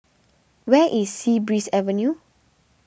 where is Sea Breeze Avenue